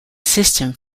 system